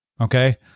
Okay